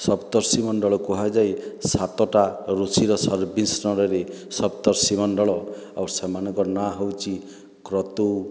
ସପ୍ତର୍ଷିମଣ୍ଡଳ କୁହାଯାଏ ସାତଟା ଋଷିର ସମ୍ମିଶ୍ରଣରେ ସପ୍ତର୍ଷିମଣ୍ଡଳ ଆଉ ସେମାନଙ୍କର ନାଁ ହେଉଛି କ୍ରତୁ